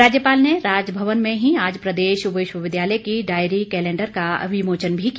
राज्यपाल ने राजभवन में ही आज प्रदेश विश्वविद्यालय की डायरी कैलेंडर का विमोचन भी किया